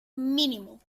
mínimo